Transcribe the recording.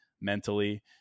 mentally